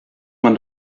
man